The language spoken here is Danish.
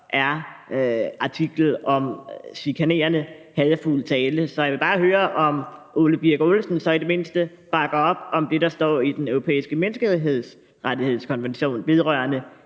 en artikel om chikanerende og hadefuld tale. Så jeg vil bare høre, om hr. Ole Birk Olesen så i det mindste bakker op om det, der står i Den Europæiske Menneskerettighedskonvention vedrørende